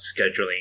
scheduling